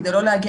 כדי לא להגיע,